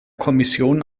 kommission